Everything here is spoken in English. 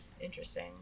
Interesting